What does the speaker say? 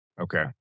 Okay